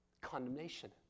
condemnation